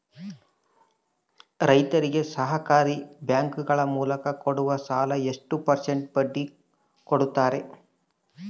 ರೈತರಿಗೆ ಸಹಕಾರಿ ಬ್ಯಾಂಕುಗಳ ಮೂಲಕ ಕೊಡುವ ಸಾಲ ಎಷ್ಟು ಪರ್ಸೆಂಟ್ ಬಡ್ಡಿ ಕೊಡುತ್ತಾರೆ?